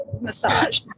massage